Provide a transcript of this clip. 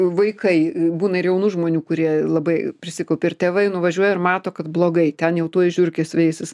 vaikai būna ir jaunų žmonių kurie labai prisikaupia ir tėvai nuvažiuoja ir mato kad blogai ten jau tuoj žiurkės veisis